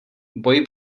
boj